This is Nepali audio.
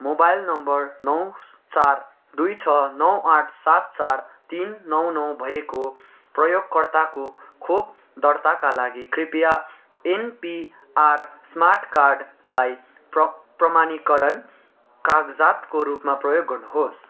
मोबाइल नम्बर नौ चार दुई छ नौ आठ सात चार तिन नौ नौ भएको प्रयोगकर्ताको खोप दर्ताका लागि कृपिया एनपिआर स्मार्ट कार्डलाई प्रमाणीकरण कागजातको रूपमा प्रयोग गर्नुहोस्